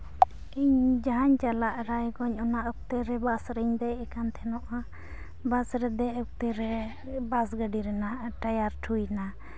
ᱤᱧ ᱡᱟᱦᱟᱧ ᱪᱟᱞᱟᱜᱼᱟ ᱨᱟᱭᱜᱚᱧᱡ ᱚᱱᱟ ᱚᱠᱛᱮ ᱨᱮ ᱵᱟᱥ ᱨᱤᱧ ᱫᱮᱡ ᱟᱠᱟᱱ ᱛᱟᱦᱮᱱᱚᱜᱼᱟ ᱵᱟᱥ ᱨᱮ ᱫᱮᱡ ᱚᱠᱛᱮ ᱨᱮ ᱵᱟᱥ ᱜᱟᱹᱰᱤ ᱨᱮᱱᱟᱜ ᱴᱟᱭᱟᱨ ᱴᱷᱩᱭᱮᱱᱟ